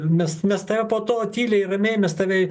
mes mes tave po to tyliai ramiai mes tave